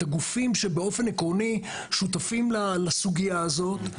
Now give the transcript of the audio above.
את הגופים שבאופן עקרוני שותפים לסוגיה הזאת.